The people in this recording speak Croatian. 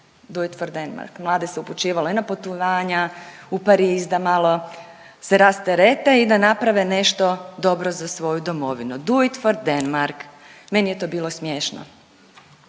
Do it for Denmark mlade se upućivalo i na putovanja u Pariz da se malo rasterete i da naprave nešto dobro za svoju domovinu, Do it for Denmark. Meni je to bilo smiješno.